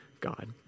God